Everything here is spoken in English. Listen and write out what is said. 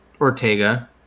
Ortega